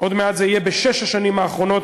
עוד מעט זה יהיה בשש השנים האחרונות,